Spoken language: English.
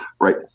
Right